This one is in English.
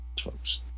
folks